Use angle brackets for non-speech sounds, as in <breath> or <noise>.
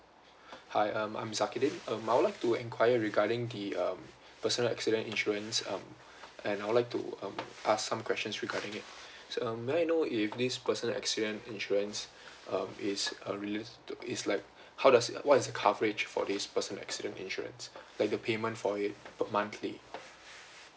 <breath> hi um I'm zakidin um I would like to enquire regarding the um <breath> personal accident insurance um <breath> and I would like to um ask some questions regarding it <breath> um may I know if this personal accident insurance <breath> um is like how does it what is the coverage for this personal accident insurance <breath> like the payment for it per monthly